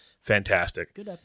Fantastic